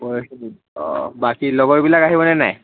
অঁ বাকী লগৰবিলাক আহিবনে নাই